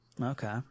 Okay